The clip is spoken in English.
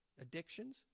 addictions